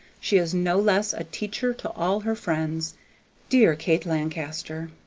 she is no less a teacher to all her friends dear kate lancaster!